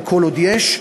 אבל כל עוד יש,